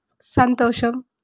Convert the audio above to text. సంతోషం